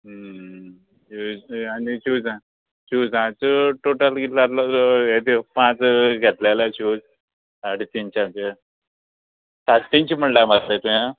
शुजां आनी शूजांचो टोटल कितलो जातलो हे त्यो पांच घेतले जाल्यार शूज साडे तिनशांचे सात तिनशे म्हणल्यार मारले तुवें